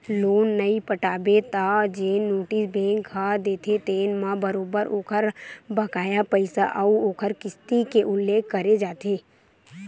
loan नइ पटाबे त जेन नोटिस बेंक ह देथे तेन म बरोबर ओखर बकाया पइसा अउ ओखर किस्ती के उल्लेख करे जाथे